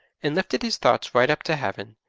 and lifted his thoughts right up to heaven,